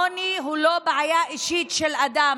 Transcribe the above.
העוני הוא לא בעיה אישית של אדם,